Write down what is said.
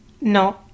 No